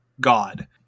god